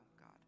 God